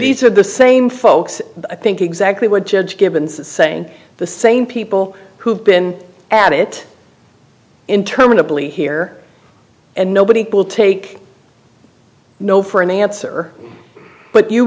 these are the same folks i think exactly what judge gibbons saying the same people who have been at it interminably here and nobody will take no for an answer but you